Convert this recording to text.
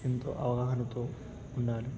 ఎంతో అవగాహనతో ఉండాలి